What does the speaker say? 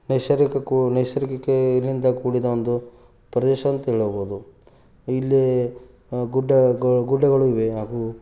ನೈಸರ್ಗಿಕ ಕು ನೈಸರ್ಗಿಕದಿಂದ ಕೂಡಿದ ಒಂದು ಪ್ರದೇಶ ಅಂತ ಹೇಳಬೌದು ಇಲ್ಲಿ ಗುಡ್ಡ ಗುಡ್ಡಗಳು ಇವೆ ಹಾಗೂ